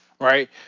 right